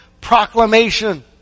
proclamation